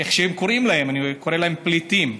איך שהם קוראים להם, אני קורא להם פליטים,